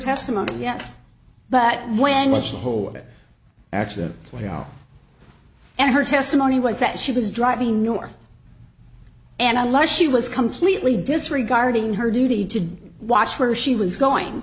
testimony yes but when was the whole it actually play out and her testimony was that she was driving north and unless she was completely disregarding her duty to watch where she was going